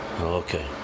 okay